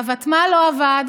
והוותמ"ל לא עבד.